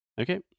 Okay